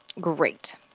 Great